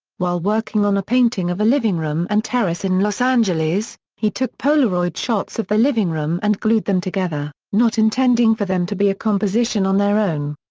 while working on a painting of a living room and terrace in los angeles, he took polaroid shots of the living room and glued them together, not intending for them to be a composition on their own.